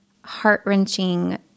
heart-wrenching